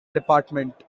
department